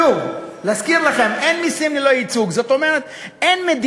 שוב, להזכיר לכם, אין מסים ללא ייצוג.